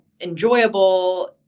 enjoyable